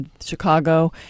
Chicago